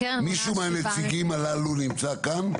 מישהו מהנציגים הללו נמצא כאן?